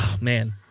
man